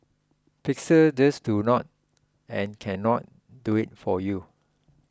Pixels just do not and cannot do it for you